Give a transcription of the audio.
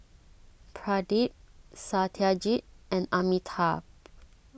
Pradip Satyajit and Amitabh